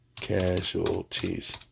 Casualties